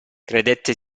credette